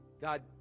God